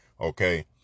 okay